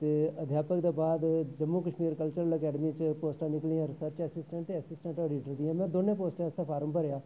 ते अध्यापक दे बाद जम्मू कश्मीर कल्चरल अकैडमी च पोस्टां निकलियां रिसर्च असिस्टेंट ते असिस्टेंट एडिटर दियां मैं दोनें पोस्टें आस्तै फार्म भरेआ